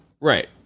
Right